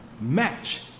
match